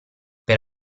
per